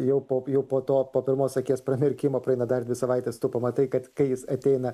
jau po jau po to po pirmos akies pramerkimo praeina dar dvi savaites tu pamatai kad kai jis ateina